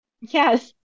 Yes